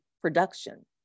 production